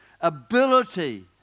ability